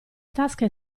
tasca